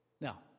Now